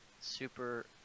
super